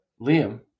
Liam